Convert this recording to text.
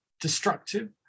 destructive